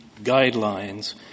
guidelines